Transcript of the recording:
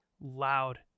loud